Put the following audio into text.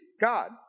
God